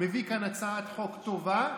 מביא לכאן הצעת חוק טובה,